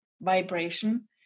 vibration